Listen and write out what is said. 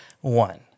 One